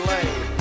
Lane